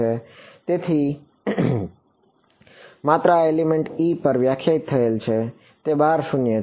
થી આ માત્ર એલિમેન્ટ e પર વ્યાખ્યાયિત થયેલ છે અને તે બહાર શૂન્ય છે